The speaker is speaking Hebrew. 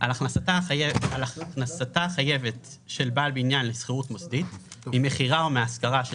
על הכנסה חייבת של בעל בניין לשכירות מוסדית ממכירה או מהשכרה של